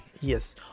Yes